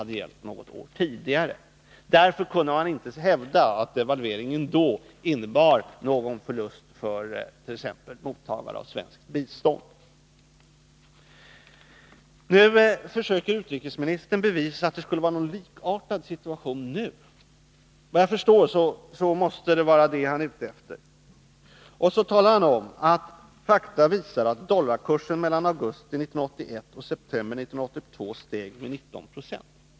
Därför kunde man inte hävda att devalveringen då innebar någon förlust för t.ex. mottagare av svenskt bistånd. Nu försöker utrikesministern bevisa att det skulle råda en likartad situation i dag. Såvitt jag förstår måste det vara det han är ute efter. Han talar om att fakta visar att dollarkursen mellan augusti 1981 och september 1982 steg med 19 90.